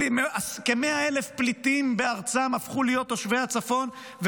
כ-100,000 תושבי הצפון הפכו פליטים בארצם,